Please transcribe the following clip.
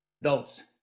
adults